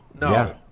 No